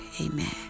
amen